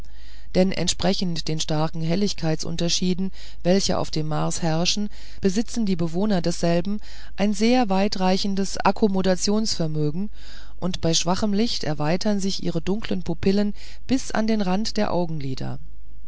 denn entsprechend den starken helligkeitsunterschieden welche auf dem mars herrschen besitzen die bewohner desselben ein sehr weitreichendes akkomodationsvermögen und bei schwachem licht erweitern sich ihre dunklen pupillen bis an den rand der augenlider